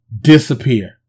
disappear